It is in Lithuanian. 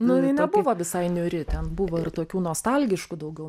nu jinai nebuvo visai niūri ten buvo ir tokių nostalgiškų daugiau